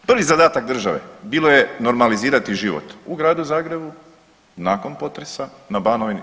Prvi zadatak države bilo je normalizirati život u gradu Zagrebu nakon potresa na Banovini.